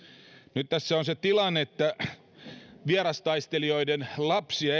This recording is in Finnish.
nyt tässä on se tilanne että vierastaistelijoiden lapsia